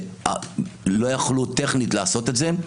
לא יכלו טכנית לעשות את זה,